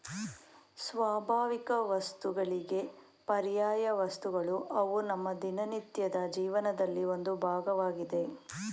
ಸ್ವಾಭಾವಿಕವಸ್ತುಗಳಿಗೆ ಪರ್ಯಾಯವಸ್ತುಗಳು ಅವು ನಮ್ಮ ದಿನನಿತ್ಯದ ಜೀವನದಲ್ಲಿ ಒಂದು ಭಾಗವಾಗಿದೆ